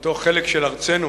שאותו חלק של ארצנו